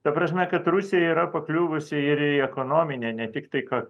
ta prasme kad rusija yra pakliuvusi ir į ekonominę ne tik tai ką